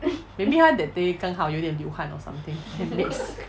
maybe 她 that day 刚好有点流汗 or something then mix